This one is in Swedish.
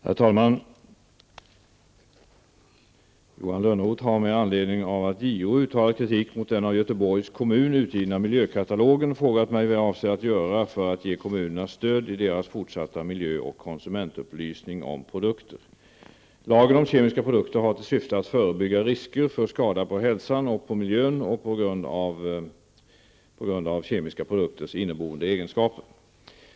Herr talman! Johan Lönnroth har med anledning av att JO uttalat kritik mot den av Göteborgs kommun utgivna ''Miljökatalogen'' frågat mig vad jag avser göra för att ge kommunerna stöd i deras fortsatta miljö och konsumentupplysning om produkter. Lagen om kemiska produkter har till syfte att förebygga risker för skada på hälsan och på miljön på grund av kemiska produkters inneboende egenskaper.